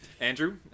Andrew